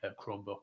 Chromebook